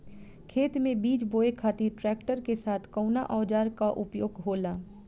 खेत में बीज बोए खातिर ट्रैक्टर के साथ कउना औजार क उपयोग होला?